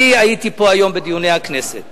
אני הייתי פה היום בדיוני הכנסת